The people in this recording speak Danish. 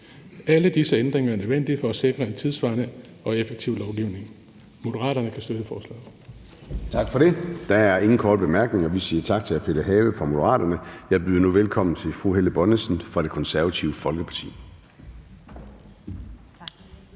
Alle disse ændringer er nødvendige for at sikre en tidssvarende og effektiv lovgivning. Moderaterne kan støtte forslaget. Kl. 14:10 Formanden (Søren Gade): Tak for det. Der er ingen korte bemærkninger. Vi siger tak til hr. Peter Have fra Moderaterne. Jeg byder nu velkommen til fru Helle Bonnesen fra Det Konservative Folkeparti.